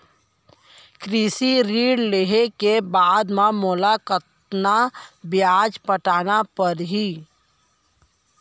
कृषि ऋण लेहे के बाद म मोला कतना ब्याज पटाना पड़ही?